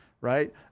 right